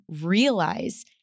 realize